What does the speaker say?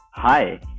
hi